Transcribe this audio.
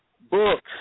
books